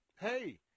hey